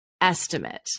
Estimate